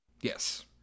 Yes